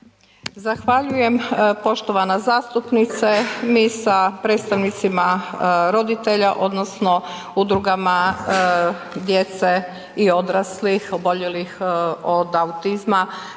Zahvaljujem, poštovana zastupnice. Mi sa predstavnicima roditelja odnosno udrugama djece i odraslih oboljelih od autizma